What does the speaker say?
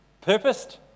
Purposed